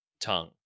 tongue